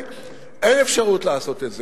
אין אפשרות לעשות את זה.